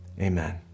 amen